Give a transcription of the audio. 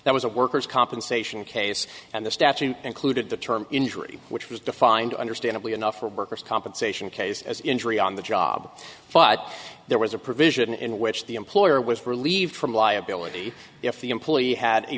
there was a worker's compensation case and the statute included the term injury which was defined understandably enough for worker's compensation case as injury on the job but there was a provision in which the employer was relieved from liability if employee had a